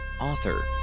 author